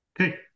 Okay